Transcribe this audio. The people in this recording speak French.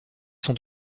sont